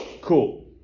cool